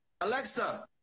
Alexa